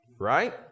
right